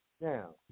Now